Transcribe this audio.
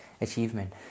achievement